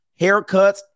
haircuts